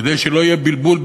כדי שלא יהיה בלבול,